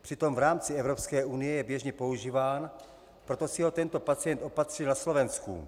Přitom v rámci Evropské unie je běžně používáno, proto si ho tento pacient opatřil na Slovensku.